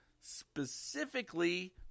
specifically